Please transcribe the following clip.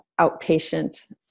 outpatient